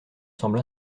semble